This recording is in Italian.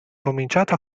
cominciato